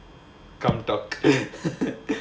come talk